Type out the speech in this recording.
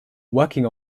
working